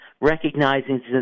recognizing